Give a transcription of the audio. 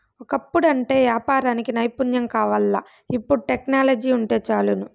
ఒకప్పుడంటే యాపారానికి నైపుణ్యం కావాల్ల, ఇపుడు టెక్నాలజీ వుంటే చాలును